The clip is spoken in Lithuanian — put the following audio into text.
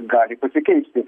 gali pasikeisti